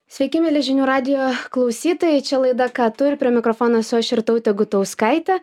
sveiki mieli žinių radijo klausytojai čia laida ką tu ir prie mikrofono esu aš irtautė gutauskaitė